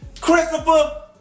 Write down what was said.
Christopher